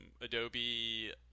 Adobe